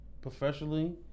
professionally